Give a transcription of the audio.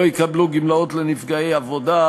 לא יקבלו גמלאות לנפגעי עבודה,